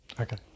Okay